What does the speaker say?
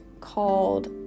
called